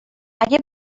اگه